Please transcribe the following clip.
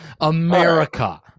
America